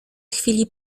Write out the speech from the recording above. chwili